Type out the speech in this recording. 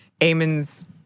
Eamon's